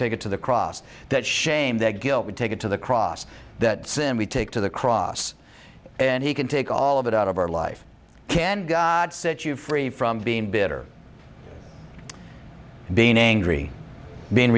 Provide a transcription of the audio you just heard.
take it to the cross that shame that guilt we take it to the cross that sin we take to the cross and he can take all of it out of our life can god sit you free from being bitter being angry being